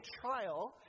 trial